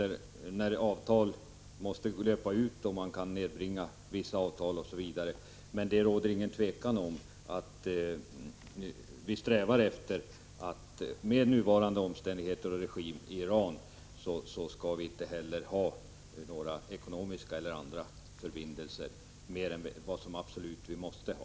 finns avtal som måste löpa ut. Det råder emellertid inget tvivel om att, med nuvarande omständigheter och regim i Iran, vi strävar efter att Sverige inte skall ha några ekonomiska eller andra förbindelser än vad vi absolut måste ha.